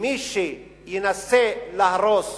ומי שינסה להרוס